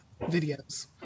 videos